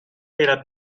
era